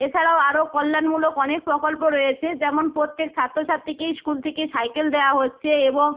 এছাড়াও আরো কল্যাণমূলক অনেক প্রকল্প রয়েছে যেমন প্রত্যেক ছাত্র ছাত্রীকেই স্কুল থেকে সাইকেল দেওয়া হচ্ছে এবং